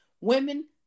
Women